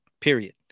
period